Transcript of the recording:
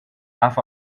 laugh